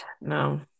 no